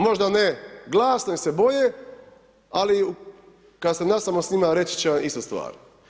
Možda ne glasno jer se boje, ali kada ste na samo s njima, reći će vam ista stvar.